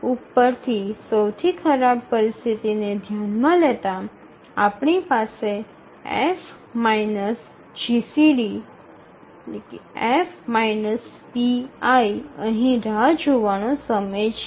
ઉપરથી સૌથી ખરાબ પરિસ્થિતિને ધ્યાનમાં લેતા આપણી પાસે F જીસીડી F pi અહીં રાહ જોવાનો સમય છે